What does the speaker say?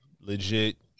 legit